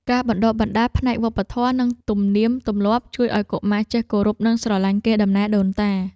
ការបណ្តុះបណ្តាលផ្នែកវប្បធម៌និងទំនៀមទម្លាប់ជួយឱ្យកុមារចេះគោរពនិងស្រឡាញ់កេរដំណែលដូនតា។